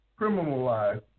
criminalized